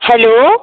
hello